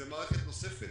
זו מערכת נוספת